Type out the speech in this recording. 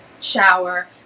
shower